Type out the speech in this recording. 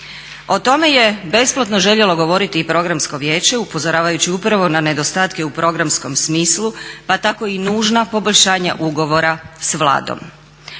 O tome je besplatno željelo govoriti i Programskom vijeće, upozoravajući upravo na nedostatke u programskom smislu pa tako i nužna poboljšanja ugovora s Vladom.